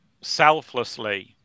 selflessly